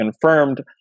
confirmed